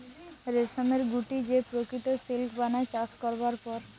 রেশমের গুটি যে প্রকৃত সিল্ক বানায় চাষ করবার পর